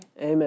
Amen